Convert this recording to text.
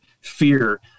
fear